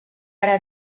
ara